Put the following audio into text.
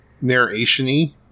narration-y